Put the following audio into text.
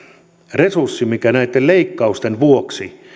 resurssi mikä näitten leikkausten vuoksi